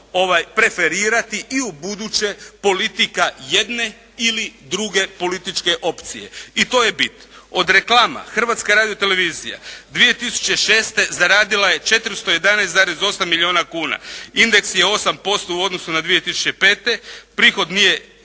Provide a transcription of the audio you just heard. preferirati i u buduće politika jedne ili druge političke opcije. I to je bit. Od reklama Hrvatska radiotelevizija 2006. zaradila je 411,8 milijuna kuna. Indeks je 8% u odnosu na 2005. Prihod nije